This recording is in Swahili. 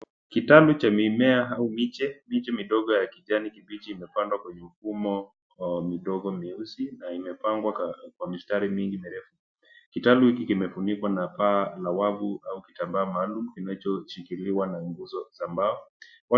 Kitabu cha mimea au miche. Miche midogo ya kijani kibichi imepandwa kwenye mfumo midogo mieusi na imepangwa kwa mistari mingi mirefu. Kitabu hiki kimefunikwa na paa la wavu au kitambaa maalum kinachoshikiliwa na nguzo za mbao